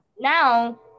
Now